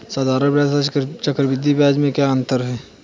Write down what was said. साधारण ब्याज तथा चक्रवर्धी ब्याज में क्या अंतर है?